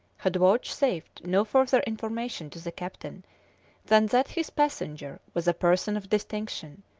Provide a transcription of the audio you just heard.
had vouchsafed no further information to the captain than that his passenger was a person of distinction,